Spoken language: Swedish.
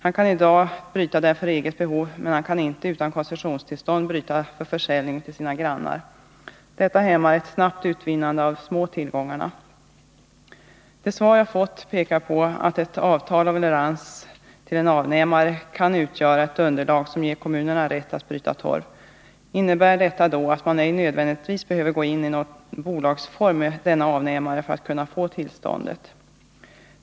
Han kan i dag bryta torven för eget behov, men han kan inte utan koncessionstillstånd bryta för försäljning till sina grannar. Detta hämmar ett snabbt utvinnande av de små tillgångarna. Det svar jag fått pekar på att ett avtal om leverans till en avnämare kan utgöra ett underlag som ger kommunerna rätt att bryta torv. Innebär detta att man, för att kunna få tillstånd till sådan brytning, ej nödvändigtvis behöver gå tillsammans i bolagsform med denna avnämare?